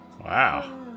Wow